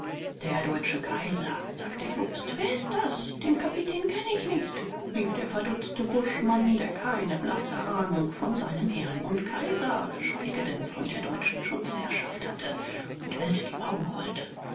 der deutsche kaiser sagte jobst wer ist das den kapitän kenne ich nicht rief der verdutzte buschmann der keine blasse ahnung von seinem herrn und kaiser geschweige denn von der deutschen schutzherrschaft hatte und wild die augen rollte